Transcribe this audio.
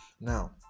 Now